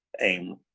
aim